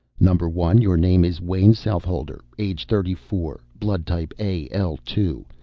number one, your name is wayn southholder. age thirty four, blood type a l two,